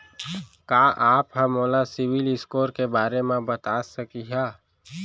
का आप हा मोला सिविल स्कोर के बारे मा बता सकिहा?